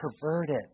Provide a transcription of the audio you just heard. perverted